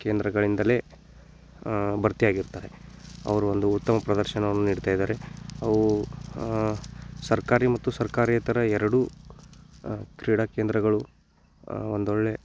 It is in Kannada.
ಕೇಂದ್ರಗಳಿಂದಲೇ ಭರ್ತಿಯಾಗಿರ್ತಾರೆ ಅವ್ರು ಒಂದು ಉತ್ತಮ ಪ್ರದರ್ಶನವನ್ನು ನೀಡ್ತಾ ಇದ್ದಾರೆ ಅವು ಸರ್ಕಾರಿ ಮತ್ತು ಸರ್ಕಾರೇತರ ಎರಡೂ ಕ್ರೀಡಾ ಕೇಂದ್ರಗಳು ಒಂದು ಒಳ್ಳೆಯ